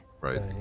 right